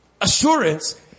Assurance